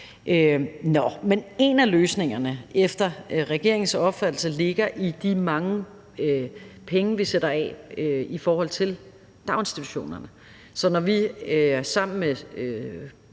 Men en af løsningerne ligger efter regeringens opfattelse i de mange penge, vi sætter af i forhold til daginstitutionerne. Så når vi sammen med